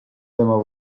tema